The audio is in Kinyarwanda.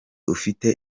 ufite